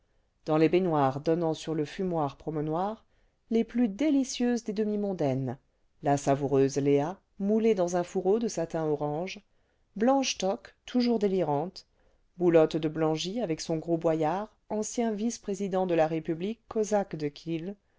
dans les baignoires donnant sur le fumoir promele fumoir promele du theatre français noir les plus délicieuses des demi mondaines la savoureuse léa moulée dans un fourreau de satin orange blanche toc toujours délirante boulotte de blangy avec son gros boyard ancien vice-président de la république kosake de kiel